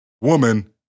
woman